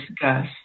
Gus